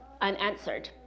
unanswered